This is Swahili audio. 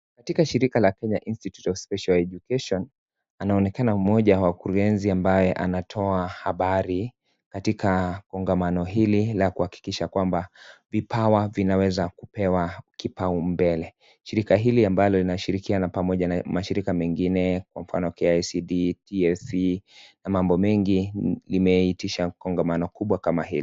Katika shirika la Kenya Institute of Special Education , anaonekana mmoja wa wakurugenzi ambaye anatoa habari katika kongamano hili la kuhakikisha kwamba vipawa vinaweza kupewa kipau mbele. Shirika hili ambalo linashirikiana pamoja na mashirika mengine kwa mfano KICD, TSC na mambo mengi limeitisha kongamano kubwa kama hili.